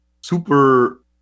super